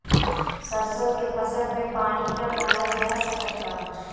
सरसों के फसल में पानी कब डालल जा सकत बा?